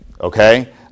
okay